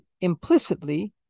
implicitly